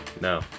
No